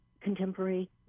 contemporary